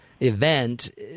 Event